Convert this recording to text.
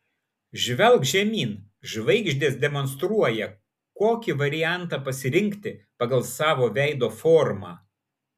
žvelk žemyn žvaigždės demonstruoja kokį variantą pasirinkti pagal savo veido formą